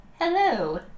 Hello